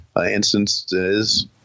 instances